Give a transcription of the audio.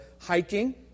hiking